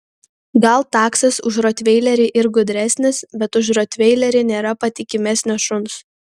gal taksas už rotveilerį ir gudresnis bet už rotveilerį nėra patikimesnio šuns